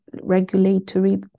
regulatory